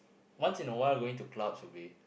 once in a while going to clubs will be